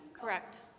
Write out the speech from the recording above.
Correct